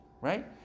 Right